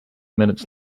minutes